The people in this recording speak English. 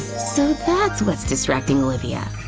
so that's what's distracting olivia.